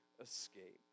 escape